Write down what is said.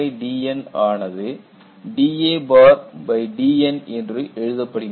dadN ஆனது dadNஎன்று எழுதப்படுகின்றது